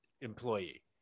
employee